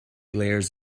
layers